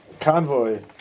Convoy